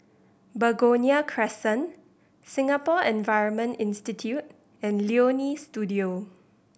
Begonia Crescent Singapore Environment Institute and Leonie Studio